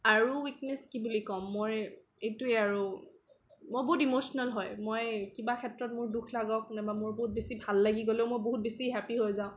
আৰু উইকনেছ কি বুলি ক'ম মই এইটোৱে আৰু মই বহুত ইম'চনেল হয় মই কিবা ক্ষেত্ৰত মোৰ দুখ লাগক নাইবা মোৰ বহুত বেছি ভাল লাগি গ'লেও মোৰ বহুত বেছি হেপ্পি হৈ যাওঁ